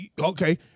okay